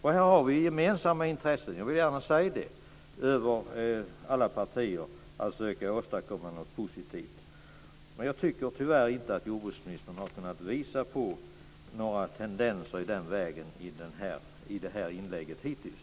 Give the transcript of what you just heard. Här har vi gemensamma intressen, jag vill gärna säga det, över alla partigränser att försöka åstadkomma något positivt. Men jag tycker tyvärr inte att jordbruksministern har kunnat visa på några tendenser i den vägen i den här debatten hittills.